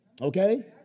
Okay